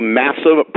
massive